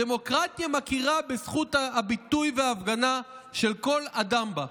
הדמוקרטיה מכירה בזכות הביטוי וההפגנה של כל אדם בה,